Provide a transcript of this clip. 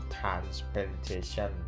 Transplantation